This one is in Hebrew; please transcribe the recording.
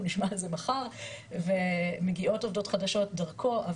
נשמע על זה מחר ומגיעות עובדות חדשות דרכו,